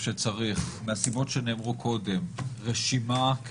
מהסיבות שנאמרו קודם צריך רשימה,